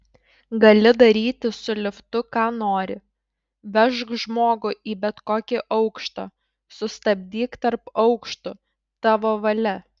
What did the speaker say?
gali daryti su liftu ką nori vežk žmogų į bet kokį aukštą sustabdyk tarp aukštų tavo valia